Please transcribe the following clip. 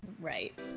right